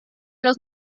los